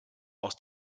aus